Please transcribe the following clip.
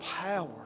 power